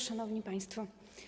Szanowni Państwo!